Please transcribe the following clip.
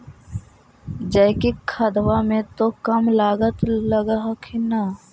जैकिक खदबा मे तो कम लागत लग हखिन न?